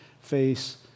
face